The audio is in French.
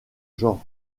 genre